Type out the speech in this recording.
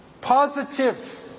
positive